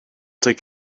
take